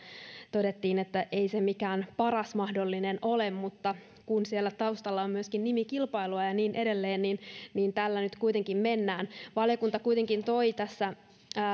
todettiin että ei se mikään paras mahdollinen ole mutta kun taustalla on myöskin nimikilpailua ja ja niin edelleen niin niin tällä nyt kuitenkin mennään valiokunta kuitenkin toi tässä